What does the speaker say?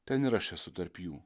ten ir aš esu tarp jų